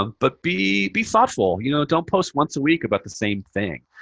ah but be be thoughtful, you know. don't post once a week about the same thing.